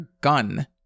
gun